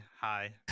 hi